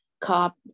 Cop